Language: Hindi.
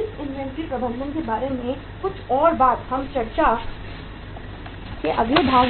इस इन्वेंट्री प्रबंधन के बारे में कुछ और बात हम चर्चा के अगले भाग